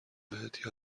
بهت